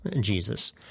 Jesus